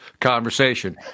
conversation